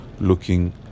looking